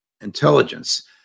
intelligence